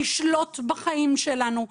לשלוט בחיים שלנו,